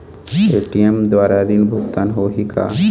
ATM द्वारा ऋण भुगतान होही का?